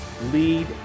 Lead